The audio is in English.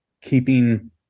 keeping